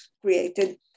created